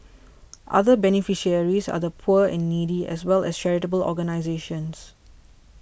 other beneficiaries are the poor and needy as well as charitable organisations